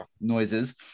noises